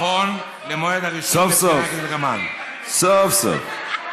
נכון למועד הרישום לבחינה, כדלקמן, סוף-סוף.